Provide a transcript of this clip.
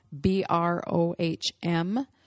B-R-O-H-M